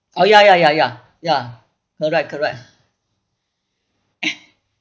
oh ya ya ya ya ya correct correct